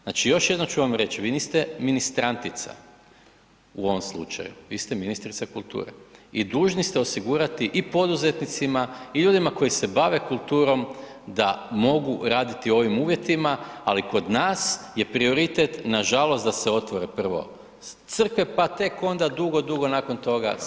Znači još jednom ću vam reći, vi niste ministrantica u ovom slučaju, vi ste ministrica kulture i dužni ste osigurati i poduzetnicima i ljudima koji se bave kulturom da mogu raditi u ovim uvjetima, ali kod nas je prioritet nažalost da se otvore prvo crkve pa tek onda dugo, dugo nakon toga sve ostalo.